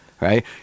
right